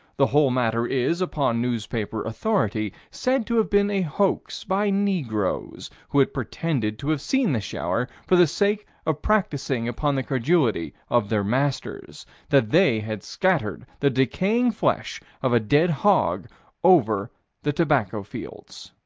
the whole matter is, upon newspaper authority, said to have been a hoax by negroes, who had pretended to have seen the shower, for the sake of practicing upon the credulity of their masters that they had scattered the decaying flesh of a dead hog over the tobacco fields.